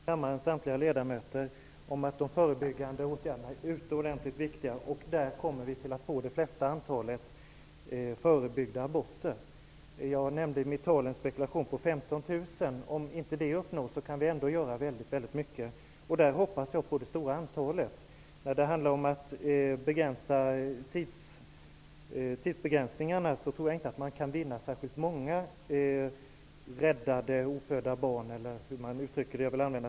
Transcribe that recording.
Herr talman! Vi är helt överens. Jag tror att samtliga kammarens ledamöter tycker att de förebyggande åtgärderna är utomordentligt viktiga. Det är dessa som i huvudsak är avgörande för hur många aborter som kan undvikas. Jag spekulerade tidigare i ett antal om 15 000. Även om det antalet inte uppnås finns det här möjligheter att göra väldigt mycket. Jag hoppas på ett stort antal. När det gäller tidsbegränsningarna tror jag däremot inte att det är möjligt att ''rädda särskilt många ofödda barn''.